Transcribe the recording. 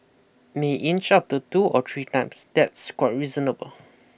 may inch up to two or three times that's quite reasonable